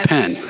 pen